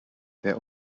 their